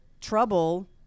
trouble